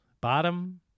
Bottom